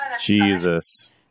Jesus